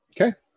Okay